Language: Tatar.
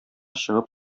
чыгып